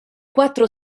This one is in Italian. quattro